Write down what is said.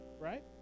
right